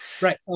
Right